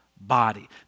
body